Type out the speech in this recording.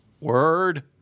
Word